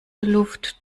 luft